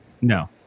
No